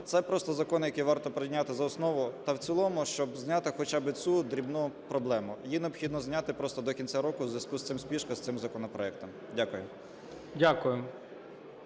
Це просто закон, який варто прийняти за основу та в цілому, щоб зняти хоча би цю дрібну проблему. Її необхідно зняти до кінця року, у зв'язку з цим спішка з законопроектом. Дякую.